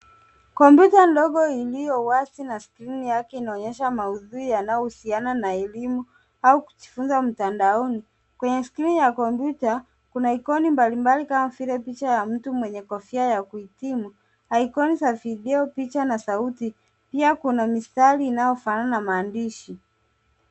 Kompyuta ndogo iliyo wazi na skrini yake inaonyesha maudhui yanayohusiana na elimu au kujifunza mtandaoni. Kwenye skrini ya kompyuta, kuna icon mbalimbali kama vile picha ya ntu mwenye kofia ya kuhitimu, icon za video, picha na sauti. Pia kuna mistari inayofanana na maandishi.